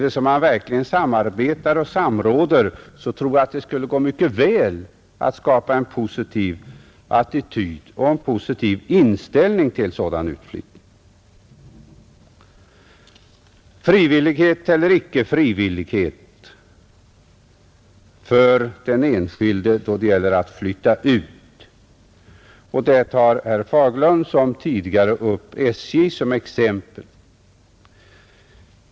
Om man verkligen samarbetar och samråder tror jag det skulle gå mycket väl att skapa en positiv attityd och en positiv inställning till en sådan utflyttning. Frivillighet eller icke frivillighet för den enskilde då det gäller hans flyttning — där tar herr Fagerlund som tidigare upp SJ som exempel.